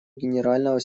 генерального